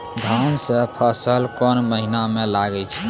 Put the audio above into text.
धान के फसल कोन महिना म लागे छै?